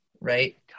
Right